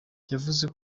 yavuze